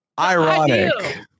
ironic